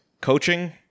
coaching